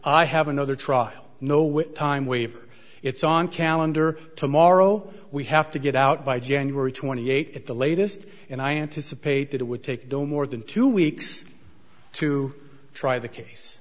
i have another trial no wait time waiver it's on calendar tomorrow we have to get out by january twenty eighth at the latest and i anticipate that it would take do more than two weeks to try the case